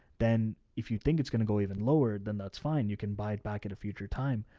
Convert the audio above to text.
then if you think it's going to go even lower than that's fine, you can buy it back at a future time.